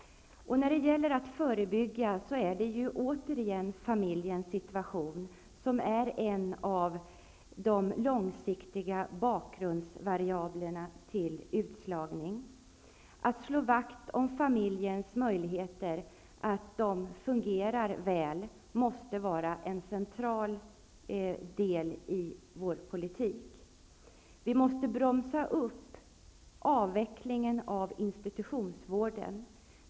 I det förebyggande arbetet är det återigen familjens situation som är en av de långsiktiga bakgrundsvariablerna som påverkar utslagning. En cental del i vår politik måste vara att slå vakt om familjens möjligheter och skapa förutsättningar för att familjen fungerar väl. Avvecklingen av institutionsvården måste bromsas upp.